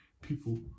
people